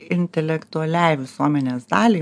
intelektualiai visuomenės daliai